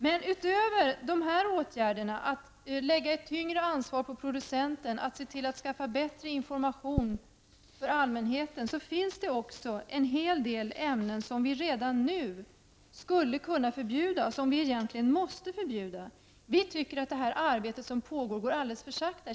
Men utöver de här åtgärderna att lägga ett tyngre ansvar på producenten, att se till att skaffa bättre information för allmänheten, finns det också en hel del ämnen som vi redan nu skulle kunna förbjuda och som vi egentligen måste förbjuda. Vi tycker att det arbete som pågår löper alldeles för sakta.